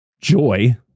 Joy